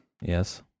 Yes